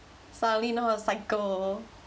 so I only know how to cycle